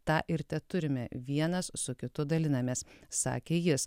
tą ir teturime vienas su kitu dalinamės sakė jis